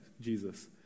Jesus